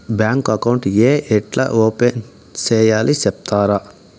Bank account ఏ ఎట్లా open సేయాలి సెప్తారా?